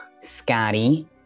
Scotty